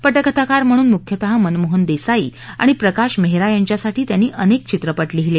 पटकथाकार म्हणून मुख्यतः मनमोहन देसाई आणि प्रकाश मेहरा यांच्यासाठी त्यांनी अनेक चित्रपट लिहिले